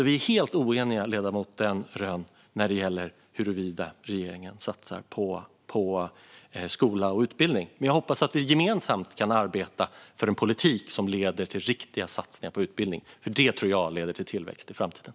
Vi är helt oeniga, ledamoten Rönn, när det gäller huruvida regeringen satsar på skola och utbildning. Men jag hoppas att vi gemensamt kan arbeta för en politik som leder till riktiga satsningar på utbildning. Det tror jag leder till tillväxt i framtiden.